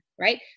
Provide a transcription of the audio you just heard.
right